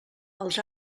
els